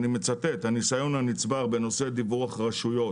אני מצטט: "הניסיון הנצבר בנושא דיווח רשויות